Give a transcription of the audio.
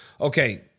Okay